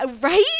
right